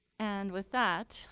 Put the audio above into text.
and with that,